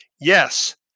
yes